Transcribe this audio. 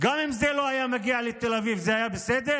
אם זה לא היה מגיע לתל אביב זה היה בסדר?